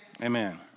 Amen